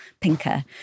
Pinker